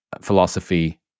philosophy